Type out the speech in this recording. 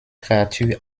créatures